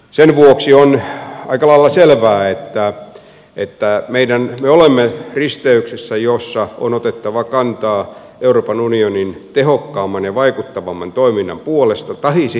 sen vuoksi on aika lailla selvää että me olemme risteyksessä jossa on otettava kantaa euroopan unionin tehokkaamman ja vaikuttavamman toiminnan puolesta tahi sitä vastaan